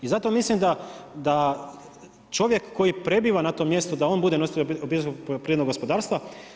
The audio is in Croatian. I zato mislim da čovjek koji prebiva na tom mjestu, da on bude nositelj obiteljsko poljoprivredno gospodarstva.